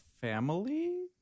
family